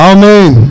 Amen